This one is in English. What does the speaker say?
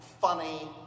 funny